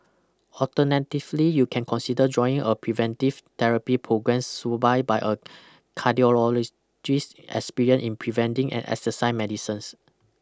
alternatively you can consider joining a preventive therapy programmes supervised by a cardiologist experienced in preventing and exercise medicines